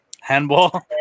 handball